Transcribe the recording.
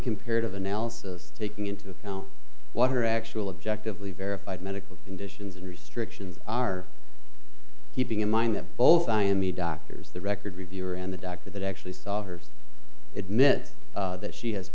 comparative analysis taking into account what her actual objective lee verified medical conditions and restrictions are keeping in mind that both i and me doctors the record reviewer and the doctor that actually saw her admit that she has